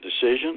decision